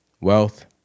wealth